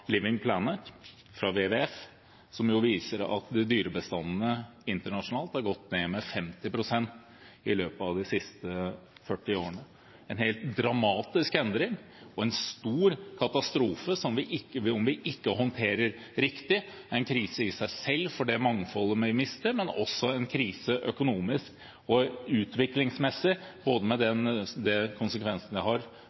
er kommet fra WWF, som viser at dyrebestandene internasjonalt er gått ned med 50 pst. i løpet av de siste 40 årene. Det er en dramatisk endring og en stor katastrofe som, om vi ikke håndterer den riktig, er en krise i seg selv på grunn av det mangfoldet vi mister, men også en krise økonomisk og utviklingsmessig med de konsekvensene det har både